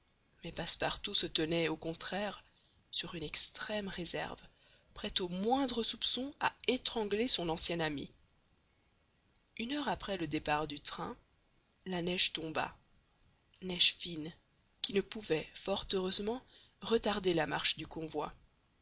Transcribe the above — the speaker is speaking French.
mais passepartout se tenait au contraire sur une extrême réserve prêt au moindre soupçon à étrangler son ancien ami une heure après le départ du train la neige tomba neige fine qui ne pouvait fort heureusement retarder la marche du convoi